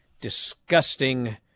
disgusting